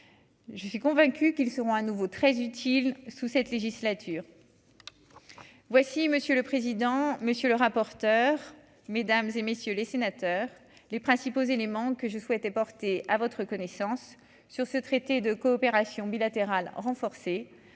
je suis convaincu qu'ils seront à nouveau très utile sous cette législature voici monsieur le président, monsieur le rapporteur, mesdames et messieurs les sénateurs, les principaux éléments que je souhaitais porter à votre connaissance sur ce traité de coopération bilatérale renforcée